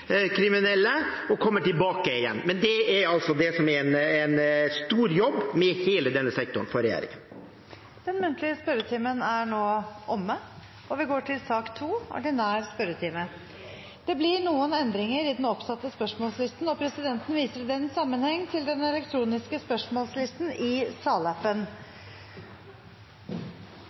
kriminelle og kommer tilbake i fengsel igjen. Men det er for regjeringen en stor jobb med hele denne sektoren. Den muntlige spørretimen er omme. Det blir noen endringer i den oppsatte spørsmålslisten, og presidenten viser i den sammenheng til den elektroniske spørsmålslisten i salappen.